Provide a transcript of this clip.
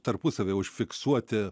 tarpusavyje užfiksuoti